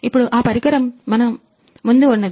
ఇప్పుడు ఆ పరికరము మన ముందు ఉన్నది